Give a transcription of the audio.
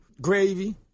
gravy